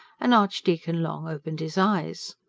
and archdeacon long opened his eyes.